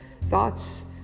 thoughts